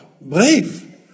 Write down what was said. brave